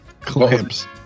Clamps